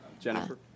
Jennifer